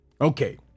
Okay